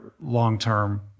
long-term